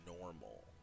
normal